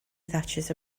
ddatrys